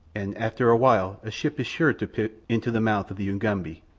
an' after a while a ship is sure to put into the mouth of the ugambi.